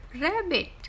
rabbit